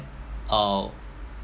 uh